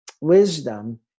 wisdom